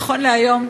נכון להיום,